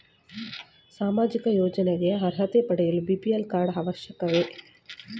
ಸಾಮಾಜಿಕ ಯೋಜನೆಗೆ ಅರ್ಹತೆ ಪಡೆಯಲು ಬಿ.ಪಿ.ಎಲ್ ಕಾರ್ಡ್ ಅವಶ್ಯಕವೇ?